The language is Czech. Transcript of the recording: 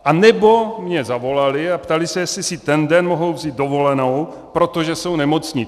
Anebo mi zavolali a ptali se, jestli si ten den mohou vzít dovolenou, protože jsou nemocní.